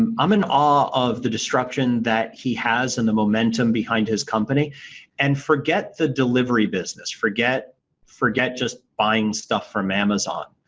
um i'm in awe of the destruction that he has and the momentum behind his company and forget the delivery business. forget forget just buying stuff from amazon.